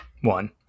one